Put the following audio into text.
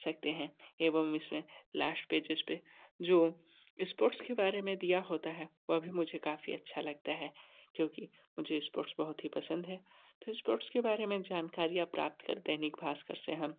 सकते हैं एवं इसमें लास्ट पेजेस पर जो स्पोर्ट्स के बारे में दिया होता है वह भी मुझे काफ़ी अच्छा लगता है क्योंकि मुझे स्पोर्ट्स बहुत ही पसंद है तो स्पोर्ट्स के बारे में जानकारियाँ प्राप्त कर दैनिक भास्कर से हम